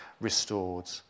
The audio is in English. restored